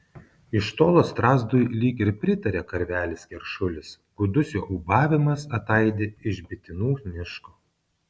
iš tolo strazdui lyg ir pritaria karvelis keršulis gūdus jo ūbavimas ataidi iš bitinų miško